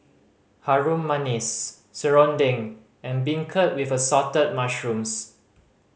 Harum Manis serunding and beancurd with Assorted Mushrooms